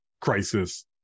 crisis